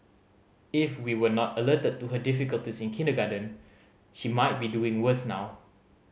if we were not alerted to her difficulties in kindergarten she might be doing worse now